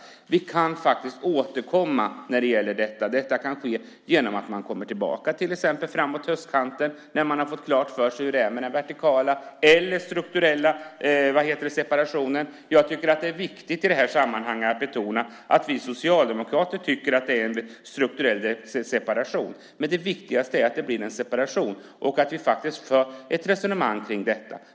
Vi kan faktiskt återkomma till detta kanske framåt höstkanten när vi har fått klart för oss hur det är med den vertikala eller strukturella separationen. Det är viktigt att betona att vi socialdemokrater tycker att det är en strukturell separation, men det viktigaste är att det blir en separation och att vi för ett resonemang kring detta.